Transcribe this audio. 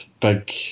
big